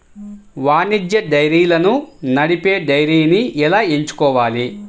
వాణిజ్య డైరీలను నడిపే డైరీని ఎలా ఎంచుకోవాలి?